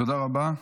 תודה רבה.